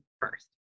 first